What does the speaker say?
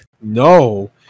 No